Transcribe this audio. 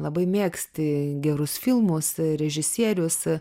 labai mėgsti gerus filmus režisierius